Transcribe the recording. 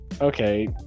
Okay